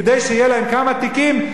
כדי שיהיו להם כמה תיקים?